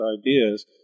ideas